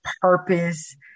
purpose